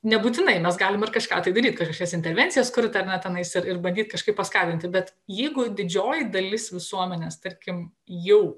nebūtinai mes galim ir kažką tai dart kažkokias intervencijas kurt ar ne ir bandyti kažkaip paskatinti bet jeigu didžioji dalis visuomenės tarkim jau